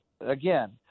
again